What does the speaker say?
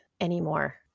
anymore